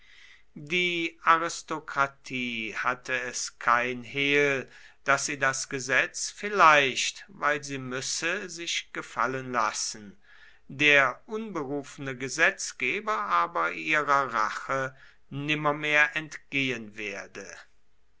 die aristokratie hatte es kein hehl daß sie das gesetz vielleicht weil sie müsse sich gefallen lassen der unberufene gesetzgeber aber ihrer rache nimmermehr entgehen werde